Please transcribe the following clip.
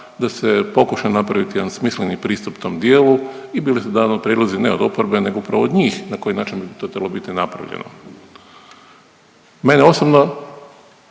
da se pokuša napraviti jedan smisleni pristup tom dijelu i bili su dani prijedlozi ne od oporbe nego upravo od njih na koji način bi to trebalo biti napravljeno. Mene osobno